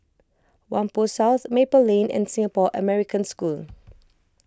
Whampoa South Maple Lane and Singapore American School